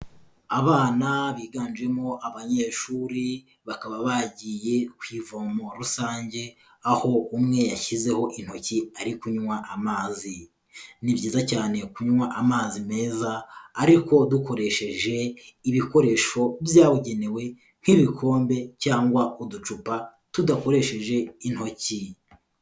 Abana biganjemo abanyeshuri bakaba bagiye ku ivomo rusange, aho umwe yashyizeho intoki ari kunywa amazi. Ni byiza cyane kunywa amazi meza ariko dukoresheje ibikoresho byabugenewe nk'ibikombe cyangwa uducupa tudakoresheje intoki.